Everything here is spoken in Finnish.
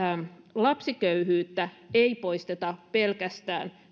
lapsiköyhyyttä ei poisteta pelkästään